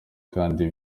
kandi